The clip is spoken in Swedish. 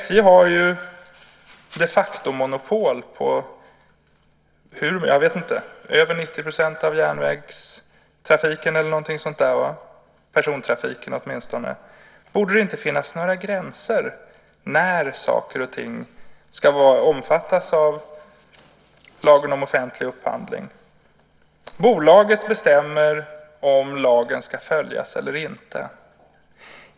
SJ har ju ett de facto-monopol - över 90 % av järnvägstrafiken eller något sådant, åtminstone persontrafiken. Borde det inte finnas några gränser för när saker och ting ska omfattas av lagen om offentlig upphandling? Bolaget bestämmer om lagen ska följas eller inte.